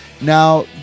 Now